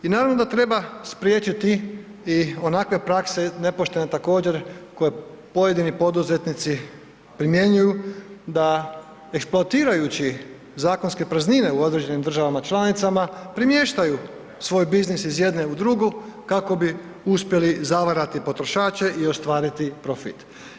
I naravno da treba spriječiti i onakve prakse nepoštene također koje pojedini poduzetnici primjenjuju da eksploatirajući zakonske praznine u određenim državama članicama premještaju svoj biznis iz jedne u drugu kako bi uspjeli zavarati potrošače i ostvariti profit.